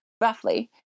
roughly